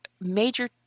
major